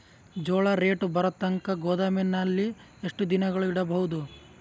ಜೋಳ ರೇಟು ಬರತಂಕ ಗೋದಾಮಿನಲ್ಲಿ ಎಷ್ಟು ದಿನಗಳು ಯಿಡಬಹುದು?